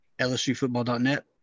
lsufootball.net